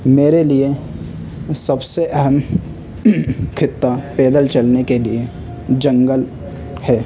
میرے لیے سب سے اہم خطہ پیدل چلنے کے لیے جنگل ہے